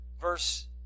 Verse